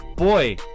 Boy